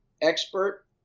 expert